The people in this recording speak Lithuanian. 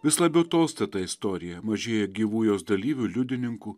vis labiau tolsta ta istorija mažėja gyvų jos dalyvių liudininkų